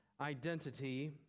identity